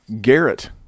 Garrett